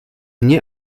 mně